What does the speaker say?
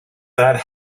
that